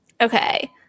Okay